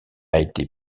été